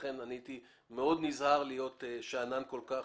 לכן הייתי נזהר מאוד להיות שאנן כל כך.